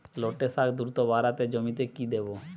লটে শাখ দ্রুত বাড়াতে জমিতে কি দেবো?